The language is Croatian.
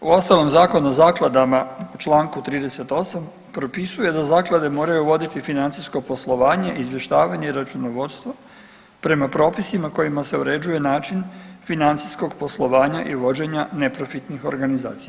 Uostalom Zakon o zakladama u čl. 38. propisuje da zaklade moraju voditi financijsko poslovanje, izvještavanje i računovodstvo prema propisima kojima se uređuje način financijskog poslovanja i vođenja neprofitnih organizacija.